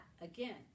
again